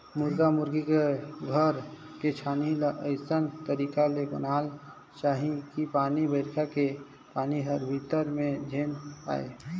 मुरगा मुरगी के घर के छानही ल अइसन तरीका ले बनाना चाही कि पानी बइरखा के पानी हर भीतरी में झेन आये